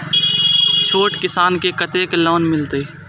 छोट किसान के कतेक लोन मिलते?